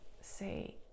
say